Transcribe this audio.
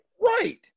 Right